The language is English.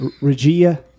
Regia